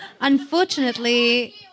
Unfortunately